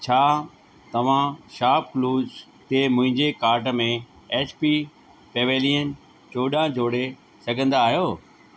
छा तव्हां शापक्लूज़ ते मुंहिंजे कार्ड में एच पी पेवेलियन चोॾहं जोड़े सघंदा आहियो